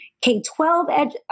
K-12